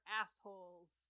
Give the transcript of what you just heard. assholes